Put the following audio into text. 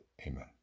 Amen